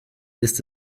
ist